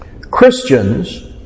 Christians